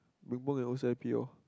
you book your own C_I_P lor